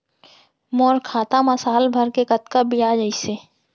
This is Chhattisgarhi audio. मोर खाता मा साल भर के कतका बियाज अइसे?